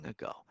ago